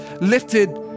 lifted